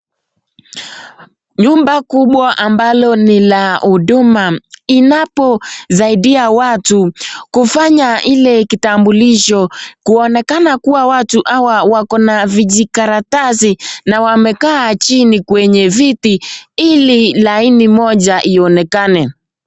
Nyumba kubwa ambalo ni la huduma, inaposaidia watu kufanya ile kitambulisho kuonekana kua watu hawa wako na vijikaratasi na wamekaa chini kwenye viti ili laini moja ionekane.